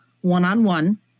one-on-one